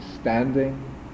standing